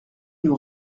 nous